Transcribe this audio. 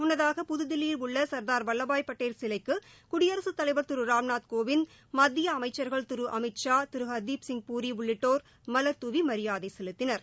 முன்னதாக புதுதில்லியில் உள்ள சர்தார் வல்லபாய் பட்டேல் சிலைக்கு குடியரசுத் தலைவர் திரு ராம்நாத் கோவிந்த் மத்திய அமைச்சர்கள் திரு அமித்ஷா திரு ஹர்தீப்சிங் பூரி உள்ளிட்டோர் மலர் தூவி மரியாதை செலுத்தினர்